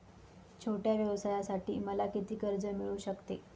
छोट्या व्यवसायासाठी मला किती कर्ज मिळू शकते?